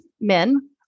men